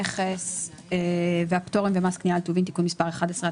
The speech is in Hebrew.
המכס והפטור ממס קנייה על טובין (תיקון מס' 11),